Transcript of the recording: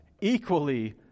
equally